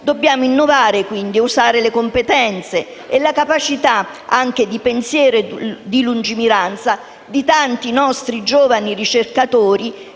Dobbiamo innovare, quindi, usare le competenze e la capacità di pensiero e di lungimiranza di tanti nostri giovani ricercatori